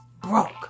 Broke